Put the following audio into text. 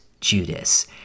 Judas